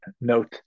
note